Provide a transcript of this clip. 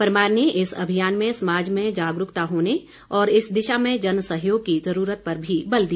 परमार ने इस अभियान में समाज में जागरूकता होने और इस दिशा में जन सहयोग की ज़रूरत पर भी बल दिया